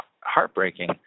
heartbreaking